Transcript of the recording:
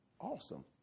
awesome